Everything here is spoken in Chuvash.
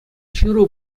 ҫыру